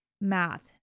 math